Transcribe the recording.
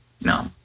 No